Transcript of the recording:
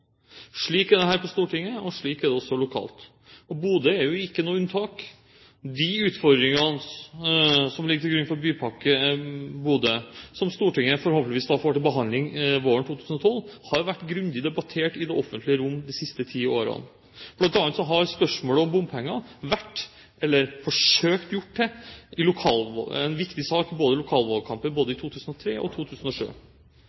Slik er det her på Stortinget, og slik er det også lokalt – og Bodø er jo ikke noe unntak. De utfordringene som ligger til grunn for Bypakke Bodø, som Stortinget forhåpentligvis får til behandling våren 2012, har vært grundig debattert i det offentlige rom de siste ti årene. Blant annet har spørsmålet om bompenger vært gjort til, eller forsøkt gjort til, en viktig sak i lokalvalgkampen både